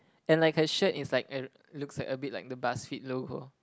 and like her shirt is like a looks a bit like the Buzzfeed logo